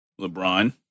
LeBron